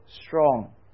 strong